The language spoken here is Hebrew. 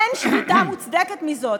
אין שביתה מוצדקת מזאת.